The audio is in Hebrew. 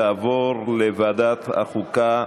לוועדת החוקה,